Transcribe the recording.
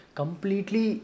completely